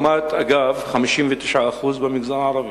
אגב, לעומת 59% במגזר הערבי.